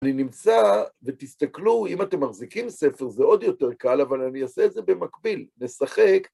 אני נמצא, ותסתכלו, אם אתם מחזיקים ספר, זה עוד יותר קל, אבל אני אעשה את זה במקביל, נשחק.